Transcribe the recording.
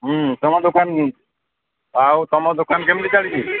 ହୁଁ ତୁମ ଦୋକାନ ଆଉ ତୁମ ଦୋକାନ କେମିତି ଚାଲିଛି